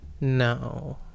No